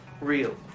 real